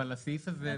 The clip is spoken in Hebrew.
אבל הסעיף הזה,